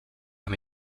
amb